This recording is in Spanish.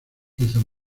hizo